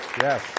Yes